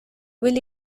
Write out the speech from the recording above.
will